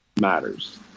matters